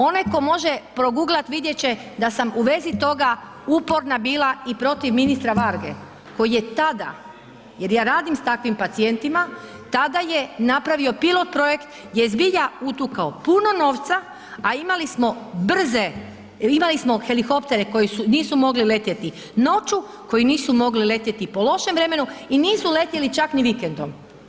Onaj tko može proguglat vidjeti će da sam u vezi toga uporna bila i protiv ministra Varge koji je tada, jer ja radim sa takvim pacijentima, tada je napravio pilot projekt gdje je zbilja utukao puno novca a imali smo brze, imali smo helikoptere koji nisu mogli letjeti noću, koji nisu mogli letjeti po lošem vremenu i nisu letjeli čak ni vikendom.